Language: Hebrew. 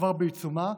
כבר בעיצומה,